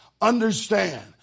Understand